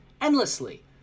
endlessly